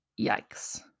Yikes